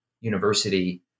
university